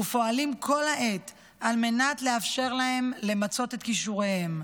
ופועלים כל העת על מנת לאפשר להם למצות את כישוריהם.